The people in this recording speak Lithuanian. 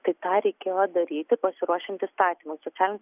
tai tą reikėjo daryti pasiruošiant įstatymus o ten